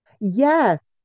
yes